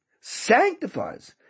sanctifies